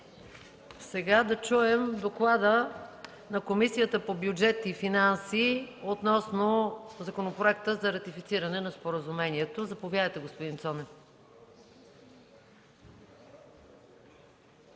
Сега да чуем доклада на Комисията по бюджет и финанси относно Законопроекта за ратифициране на споразумението. Заповядайте, господин Цонев.